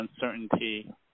uncertainty